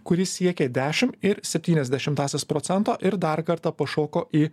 kuri siekė dešim ir septynias dešimtąsias procento ir dar kartą pašoko į